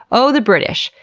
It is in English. oh, the british!